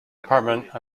department